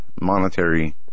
monetary